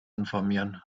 informieren